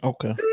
Okay